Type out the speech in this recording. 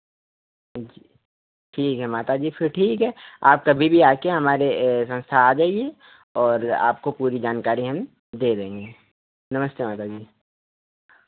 जी ठीक है माता जी फिर ठीक है आप कभी भी आके हमारे संस्था आ जाइए और आपको पूरी जानकारी हम दे देंगे नमस्ते माता जी